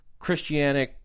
Christianic